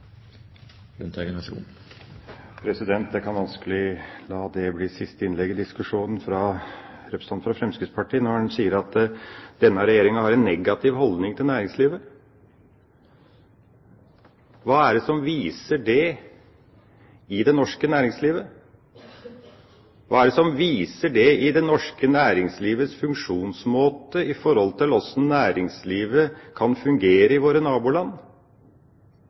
bli det siste innlegget i diskusjonen når han sier at denne regjeringa har en negativ holdning til næringslivet. Hva er det som viser det i det norske næringslivet? Hva er det som viser det i det norske næringslivets funksjonsmåte i forhold til hvordan næringslivet kan fungere i våre naboland?